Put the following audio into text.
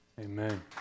Amen